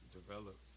develop